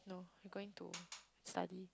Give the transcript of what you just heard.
no you're going to study